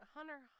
Hunter